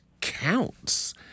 counts